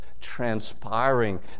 transpiring